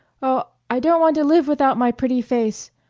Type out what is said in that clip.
oh, i don't want to live without my pretty face!